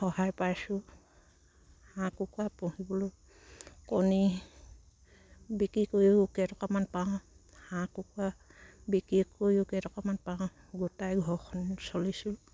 সহায় পাইছোঁ হাঁহ কুকুৰা পুহিবলৈ কণী বিক্ৰী কৰিও কেইটকামান পাওঁ হাঁহ কুকুৰা বিক্ৰী কৰিও কেইটকামান পাওঁ গোটাই ঘৰখন চলিছোঁ